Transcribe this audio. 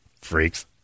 Freaks